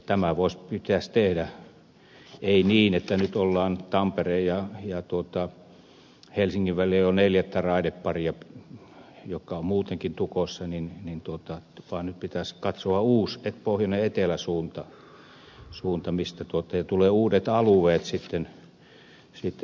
tämä pitäisi tehdä ei niin että nyt ollaan tekemässä tampereen ja helsingin välillä jo neljättä raideparia ne ovat muutenkin tukossa vaan nyt pitäisi katsoa uusi pohjoinenetelä suunta ja tulevat uudet alueet sitten